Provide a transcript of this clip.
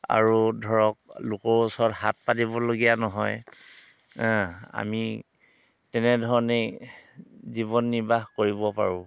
আৰু ধৰক লোকৰ ওচৰত হাত পাতিবলগীয়া নহয় আমি তেনেধৰণেই জীৱন নিৰ্বাহ কৰিব পাৰোঁ